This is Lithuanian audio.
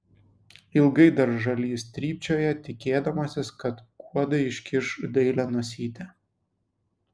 ilgai dar žalys trypčioja tikėdamasis kad guoda iškiš dailią nosytę